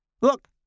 Look